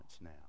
now